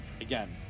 Again